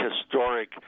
historic